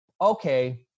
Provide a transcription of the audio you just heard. Okay